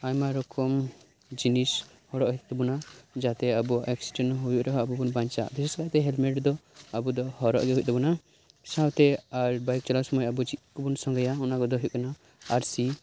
ᱟᱭᱢᱟ ᱨᱚᱠᱚᱢ ᱡᱤᱱᱤᱥ ᱦᱚᱨᱚᱜ ᱦᱩᱭᱩᱜ ᱛᱟᱵᱩᱱᱟ ᱡᱟᱛᱮ ᱟᱵᱩᱣᱟᱜ ᱮᱠᱥᱤᱴᱮᱱ ᱦᱩᱭᱩᱜ ᱨᱮᱦᱚᱸ ᱟᱵᱩᱵᱩᱱ ᱵᱟᱧᱪᱟᱜ ᱵᱤᱥᱮᱥ ᱠᱟᱭᱛᱮ ᱦᱮᱞᱢᱮᱴ ᱫᱚ ᱟᱵᱩᱫᱚ ᱦᱚᱨᱚᱜ ᱜᱤ ᱦᱩᱭᱩᱜ ᱛᱟᱵᱩᱱᱟ ᱥᱟᱶᱛᱮ ᱟᱨ ᱵᱟᱭᱤᱠ ᱪᱟᱞᱟᱣ ᱥᱩᱢᱟᱹᱭ ᱟᱵᱩ ᱪᱮᱫ ᱠᱩᱵᱩᱱ ᱥᱚᱸᱜᱮᱭᱟ ᱚᱱᱟᱠᱚᱫᱚ ᱦᱩᱭᱩᱜ ᱠᱟᱱᱟ ᱟᱨᱥᱤ